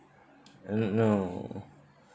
I don't know